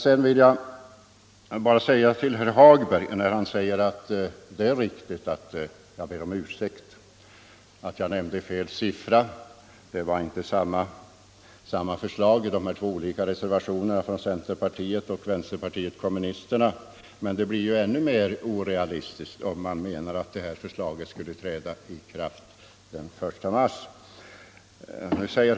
Sedan vill jag be herr Hagberg i Borlänge om ursäkt för att jag uppgav fel siffra — förslagen i reservationerna från centerpartiet och vänsterpartiet kommunisterna är inte desamma. Men det blir ännu mer orealistiskt om man menar att beslutet skulle träda i kraft den 1 mars 1975.